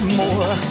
more